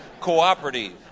cooperative